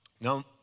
Now